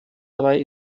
dabei